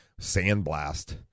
sandblast